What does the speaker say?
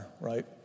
right